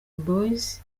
boys